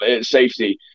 safety